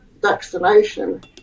vaccination